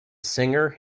singer